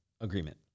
Agreement